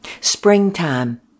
Springtime